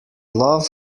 love